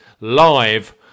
live